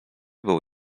było